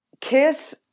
Kiss